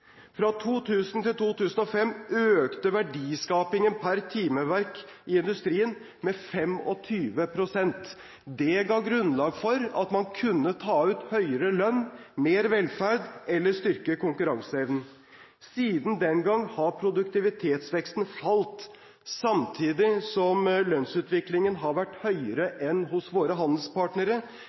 Fra 2000 til 2005 økte verdiskapingen per timeverk i industrien med 25 pst. Det ga grunnlag for at man kunne ta ut høyere lønn, mer velferd eller styrke konkurranseevnen. Siden den gang har produktivitetsveksten falt, samtidig som lønnsutviklingen har vært høyere enn hos våre handelspartnere.